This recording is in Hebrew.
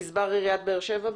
גזבר עיריית באר שבע,